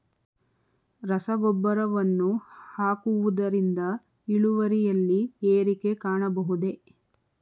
ರಸಗೊಬ್ಬರವನ್ನು ಹಾಕುವುದರಿಂದ ಇಳುವರಿಯಲ್ಲಿ ಏರಿಕೆ ಕಾಣಬಹುದೇ?